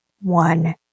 one